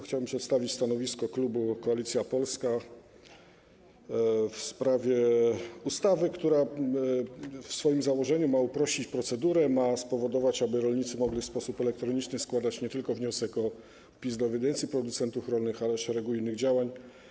Chciałbym przedstawić stanowisko klubu Koalicja Polska w sprawie ustawy, która w swoim założeniu ma uprościć procedurę, ma spowodować, aby rolnicy mogli w sposób elektroniczny składać nie tylko wniosek o wpis do ewidencji producentów rolnych, ale dotyczy to szeregu innych działań.